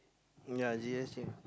ya yes yes